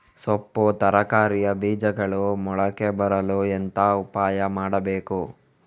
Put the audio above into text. ಸೊಪ್ಪು ತರಕಾರಿಯ ಬೀಜಗಳು ಮೊಳಕೆ ಬರಲು ಎಂತ ಉಪಾಯ ಮಾಡಬೇಕು?